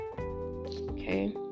Okay